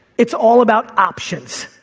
it's all about options.